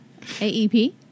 AEP